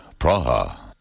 Praha